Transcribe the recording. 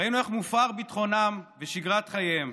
ראינו איך מופרים ביטחונם ושגרת חייהם.